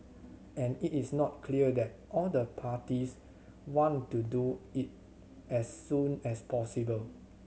and it is not clear that all the parties want to do it as soon as possible